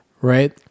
right